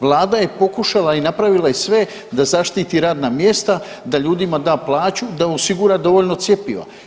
Vlada je pokušala i napravila je sve da zaštiti radna mjesta, da ljudima da plaću, da osigura dovoljno cjepiva.